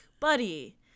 buddy